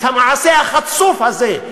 את המעשה החצוף הזה,